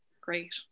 great